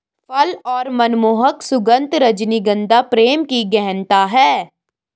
फल और मनमोहक सुगन्ध, रजनीगंधा प्रेम की गहनता है